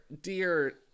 dear